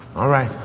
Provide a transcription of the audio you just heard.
all right.